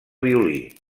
violí